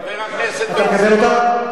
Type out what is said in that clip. לכן אני אומר, אתה מקבל אותה?